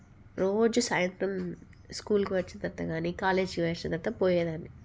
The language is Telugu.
రోజూ సాయంత్రం స్కూల్కు వచ్చిన తర్వాత కానీ కాలేజీ పోయి వచ్చిన తర్వాత పోయేదాన్ని